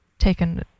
taken